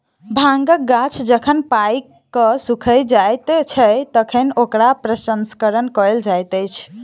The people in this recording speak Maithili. भांगक गाछ जखन पाइक क सुइख जाइत छै, तखन ओकरा प्रसंस्करण कयल जाइत अछि